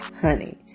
honey